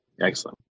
Excellent